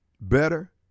better